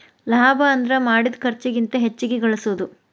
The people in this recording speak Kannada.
ಲಾಭ ಅಂದ್ರ ಮಾಡಿದ್ ಖರ್ಚಿಗಿಂತ ಹೆಚ್ಚಿಗಿ ಗಳಸೋದು